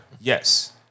Yes